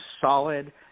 solid